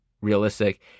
realistic